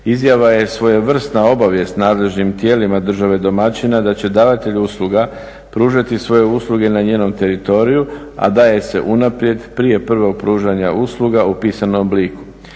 Izjava je svojevrsna obavijest nadležnim tijelima države domaćina da će davatelj usluga pružati svoje usluge na njenom teritoriju a da je se unaprijed prije prvog pružanja usluga u pisanom obliku.